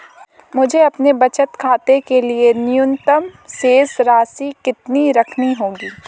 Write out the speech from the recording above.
मुझे अपने बचत खाते के लिए न्यूनतम शेष राशि कितनी रखनी होगी?